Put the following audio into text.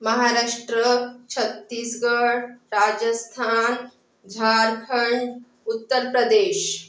Maharashtra Chhattisgarh Rajasthan Jharkhand Uttar Pradesh